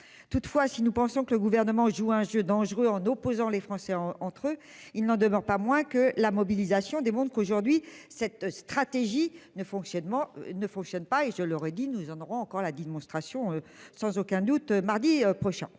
Toutefois, si nous pensons que le gouvernement joue un jeu dangereux en opposant les Français entre eux, il n'en demeure pas moins que la mobilisation des mondes qu'aujourd'hui cette stratégie ne fonctionnement ne fonctionne pas et je le redis, nous en aurons encore la démonstration sans aucun doute mardi prochain.